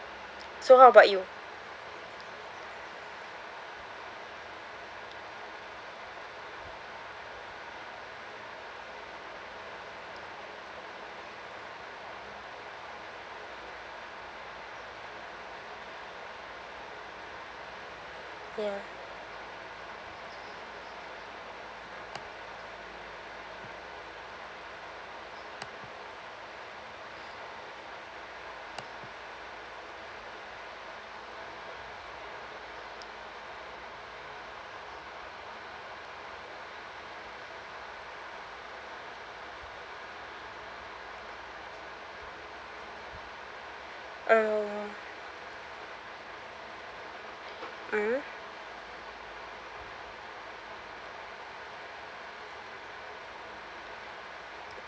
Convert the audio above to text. so how about you ya um mmhmm